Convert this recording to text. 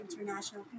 international